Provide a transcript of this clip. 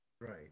Right